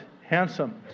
handsome